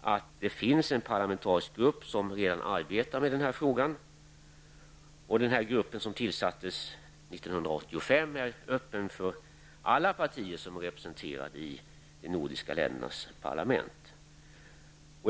att det finns en parlamentarisk grupp som redan arbetar med frågan. Gruppen, som tillsattes 1985, är öppen för alla partier som är representerade i de nordiska ländernas parlament.